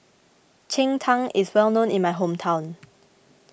Cheng Tng is well known in my hometown